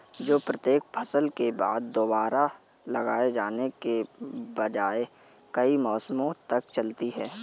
जो प्रत्येक फसल के बाद दोबारा लगाए जाने के बजाय कई मौसमों तक चलती है